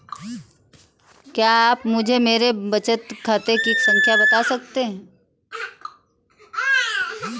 क्या आप मुझे मेरे बचत खाते की खाता संख्या बता सकते हैं?